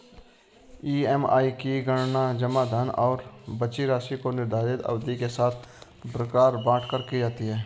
EMI की गणना जमा धन और बची राशि को निर्धारित अवधि के साथ बराबर बाँट कर की जाती है